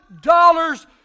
dollars